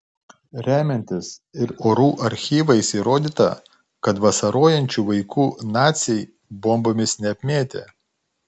remiantis ir orų archyvais įrodyta kad vasarojančių vaikų naciai bombomis neapmėtė